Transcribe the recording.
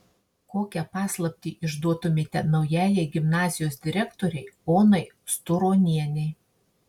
kokią paslaptį išduotumėte naujajai gimnazijos direktorei onai sturonienei